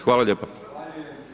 Hvala lijepa.